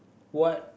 what